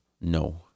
No